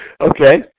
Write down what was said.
Okay